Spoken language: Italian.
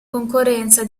concorrenza